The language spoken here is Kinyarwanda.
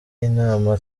inama